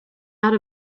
out